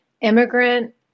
immigrant